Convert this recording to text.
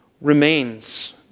remains